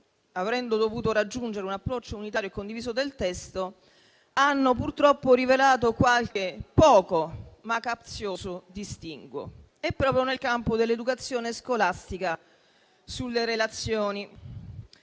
avendo dovuto raggiungere un approccio unitario e condiviso, hanno purtroppo rivelato qualche minimo, ma capzioso distinguo proprio nel campo dell'educazione scolastica sulle relazioni.